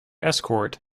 escort